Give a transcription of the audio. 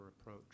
approach